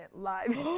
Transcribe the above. live